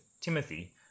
Timothy